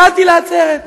הגעתי לעצרת,